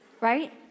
Right